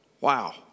wow